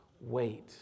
wait